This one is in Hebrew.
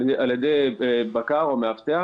על ידי בקר או מאבטח.